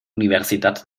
universidad